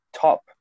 top